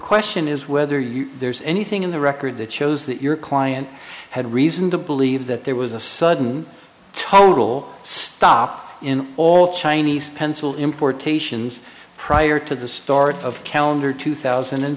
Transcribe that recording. question is whether you there's anything in the record that shows that your client had reason to believe that there was a sudden total stop in all chinese pencil importations prior to the start of calendar two thousand and